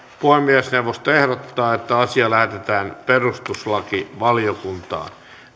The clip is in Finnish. puhemiesneuvosto ehdottaa että asia lähetetään perustuslakivaliokuntaan